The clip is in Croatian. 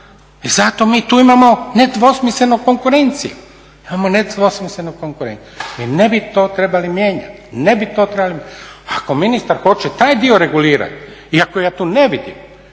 i zato mi tu imamo nedvosmisleno konkurenciju. Mi ne bi to trebali mijenjati. Ako ministar hoće taj dio regulirati iako ja to ne vidim,